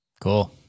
Cool